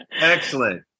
Excellent